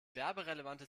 werberelevante